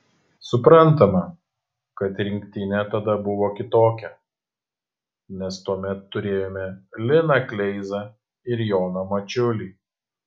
suprantama kad rinktinė tada buvo kitokia nes tuomet turėjome liną kleizą ir joną mačiulį